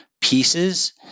pieces